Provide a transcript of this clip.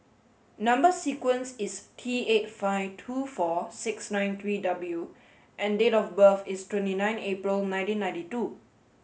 number sequence is T eighty five two four six nine three W and date of birth is twenty nine April nineteen ninety two